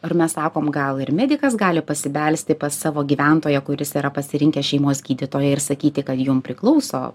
ar mes sakom gal ir medikas gali pasibelsti pas savo gyventoją kuris yra pasirinkęs šeimos gydytoją ir sakyti kad jum priklauso